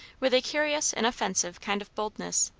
with a curious inoffensive kind of boldness,